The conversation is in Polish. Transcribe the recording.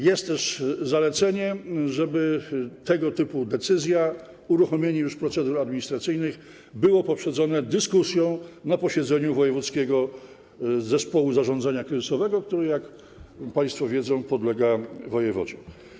Jest też zalecenie, żeby tego typu decyzja, uruchomienie już procedur administracyjnych, była poprzedzona dyskusją na posiedzeniu wojewódzkiego zespołu zarządzania kryzysowego, który, jak państwo wiedzą, podlega wojewodzie.